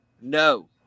No